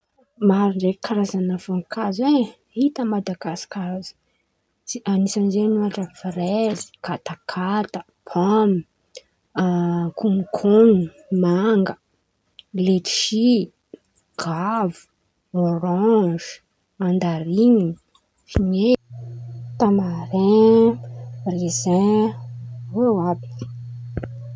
Maro ndraiky karazan̈a voankazo ai! Hita a Madagasikara zen̈y tsy_anisany zen̈y ôhatra, fraizy, katakataka, pômy, konokonona, manga, letisy, gavo, ôranzy, mandariny, fine, tamarin, rezin, irô àby.